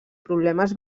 problemes